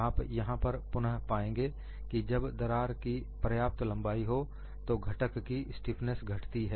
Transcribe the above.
आप यहां पर पुन पाएंगे कि जब दरार की पर्याप्त लंबाई हो तो घटक की स्टीफनेस घटती है